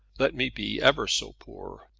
let me be ever so poor.